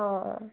অঁ